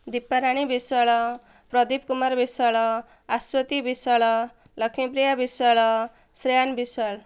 Deeparani Biswal Pradeep Kumar Biswal Aswathy Biswal Laxmipriya Biswal Shreyan Biswal